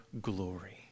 glory